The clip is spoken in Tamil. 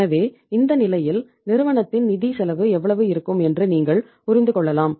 எனவே இந்த நிலையில் நிறுவனத்தின் நிதி செலவு எவ்வளவு இருக்கும் என்று நீங்கள் புரிந்து கொள்ளலாம்